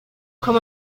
como